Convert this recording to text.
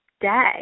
day